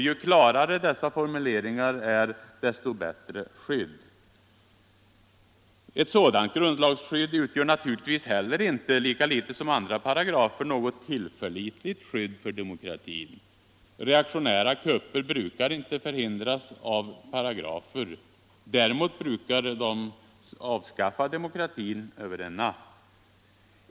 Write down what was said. Ju klarare dessa formuleringar är, desto bättre blir skyddet. Ett sådant grundlagsskydd utgör naturligtvis heller inte — lika litet som andra paragrafer — något tillförlitligt skydd för demokratin. Reaktionära grupper brukar inte hindras av paragrafer, däremot brukar de kunna avskaffa demokratin över en natt.